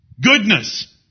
goodness